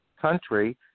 country